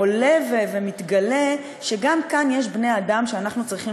עולה ומתגלה שגם כאן יש בני-אדם שאנחנו צריכים